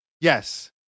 Yes